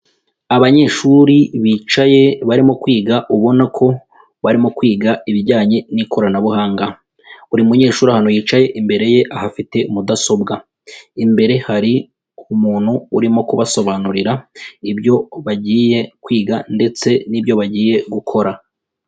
Abanyeshuri bicaye barimo kwiga ubona ko barimo kwiga ibijyanye n'ikoranabuhanga, buri munyeshuri ahantu yicaye imbere ye ahafite mudasobwa, imbere hari umuntu urimo kubasobanurira ibyo bagiye kwiga ndetse n'ibyo bagiye gukora.